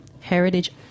Heritage